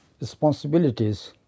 responsibilities